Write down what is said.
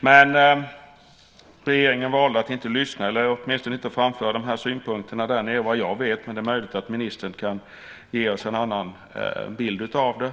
Men regeringen valde att inte lyssna, eller åtminstone inte framföra de här synpunkterna där nere - vad jag vet. Det är möjligt att ministern kan ge oss en annan bild av det.